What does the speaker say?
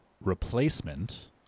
replacement